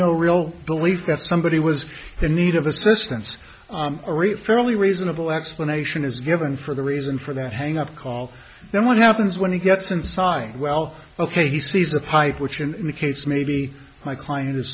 no real belief that somebody was the need of assistance or a fairly reasonable explanation is given for the reason for that hang up call then what happens when he gets inside well ok he sees a pipe which in any case maybe my client is